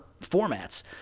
formats